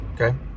Okay